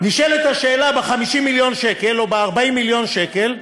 נשאלת השאלה: ב-50 מיליון שקל או ב-40 מיליון שקל,